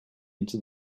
into